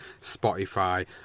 Spotify